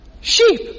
sheep